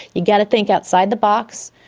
you've got to think outside the box.